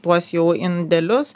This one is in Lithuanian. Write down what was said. tuos jau indelius